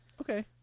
Okay